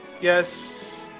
yes